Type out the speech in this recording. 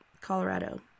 Colorado